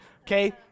okay